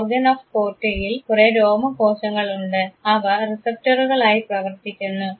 organ of കോർട്ടിയിൽ കുറേ രോമ കോശങ്ങളുണ്ട് അവ റിസപ്പ്റ്ററുകളായി പ്രവർത്തിക്കുന്നു